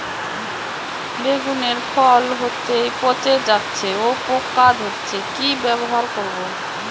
বেগুনের ফল হতেই পচে যাচ্ছে ও পোকা ধরছে কি ব্যবহার করব?